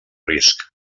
risc